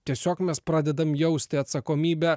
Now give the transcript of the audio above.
tiesiog mes pradedam jausti atsakomybę